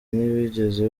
ntibigeze